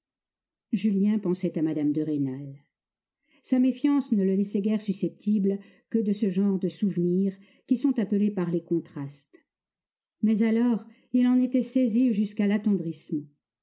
julien pensait à mme de rênal sa méfiance ne le laissait guère susceptible que de ce genre de souvenirs qui sont appelés par les contrastes mais alors il en était saisi jusqu'à